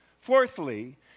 fourthly